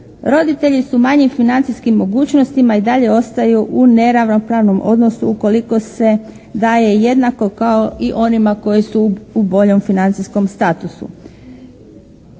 Roditelji su u manjim financijskim mogućnostima i dalje ostaju u neravnopravnom odnosu ukoliko se daje jednako kao i onima koji su u boljem financijskom statusu.